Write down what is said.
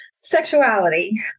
Sexuality